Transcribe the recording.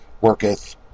worketh